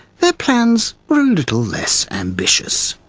their plans were a little less ambitious.